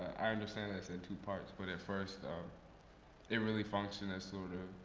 i understand that's in two parts. but at first, um it really functioned as sort of